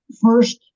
first